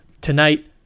tonight